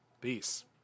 Peace